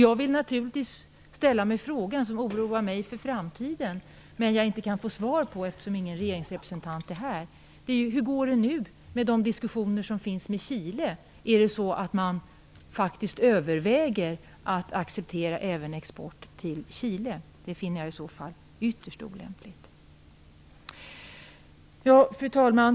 Jag vill också ställa en fråga som oroar mig inför framtiden men som jag inte kan få svar på, eftersom ingen regeringsrepresentant är här: Hur går det nu med de diskussioner som finns med Chile? Överväger man att acceptera export även till Chile? Det finner jag i så fall ytterst olämpligt. Fru talman!